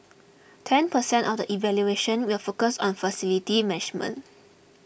ten percent of the evaluation will focus on facility management